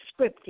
scripty